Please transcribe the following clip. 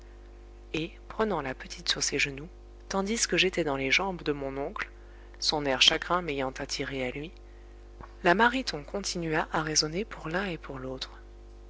et prenant la petite sur ses genoux tandis que j'étais dans les jambes de mon oncle son air chagrin m'ayant attirée à lui la mariton continua à raisonner pour l'un et pour l'autre